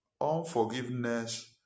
Unforgiveness